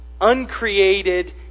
uncreated